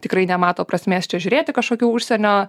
tikrai nemato prasmės čia žiūrėti kažkokių užsienio